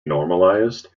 normalized